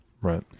Right